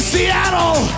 Seattle